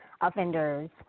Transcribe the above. offenders